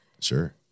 Sure